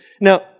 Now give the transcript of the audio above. Now